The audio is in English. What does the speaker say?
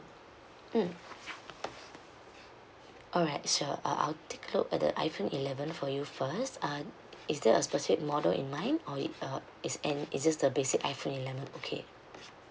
mm alright sure uh I'll take a look at the iphone eleven for you first uh is there a specific model in mind or it uh it's an~ it's just the basic iphone eleven okay